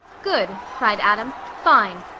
good! cried adam. fine!